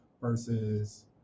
versus